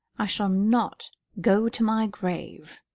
i shall not go to my grave